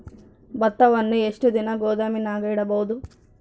ಭತ್ತವನ್ನು ಎಷ್ಟು ದಿನ ಗೋದಾಮಿನಾಗ ಇಡಬಹುದು?